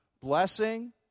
blessing